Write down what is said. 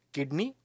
Kidney